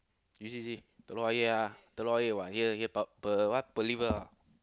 you see you see Telok-Ayer here ah Telok-Ayer what here here pu~ pu~ what Pulliver ah